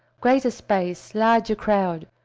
greater space, larger crowd,